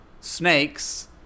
snakes